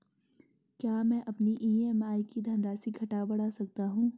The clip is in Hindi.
क्या मैं अपनी ई.एम.आई की धनराशि घटा बढ़ा सकता हूँ?